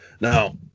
Now